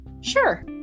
Sure